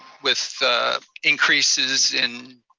with increases in